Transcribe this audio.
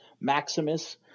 Maximus